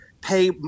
pay